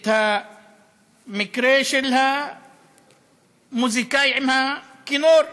את המקרה של המוזיקאי עם הכינור.